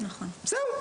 זהו,